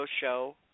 show